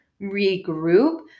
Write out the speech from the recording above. regroup